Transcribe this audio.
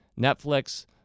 Netflix